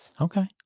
Okay